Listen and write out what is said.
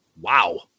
wow